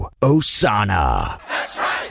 Osana